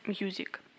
music